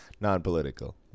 Non-political